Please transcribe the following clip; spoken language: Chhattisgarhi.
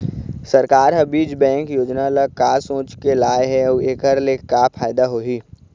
सरकार ह बीज बैंक योजना ल का सोचके लाए हे अउ एखर ले का फायदा होही?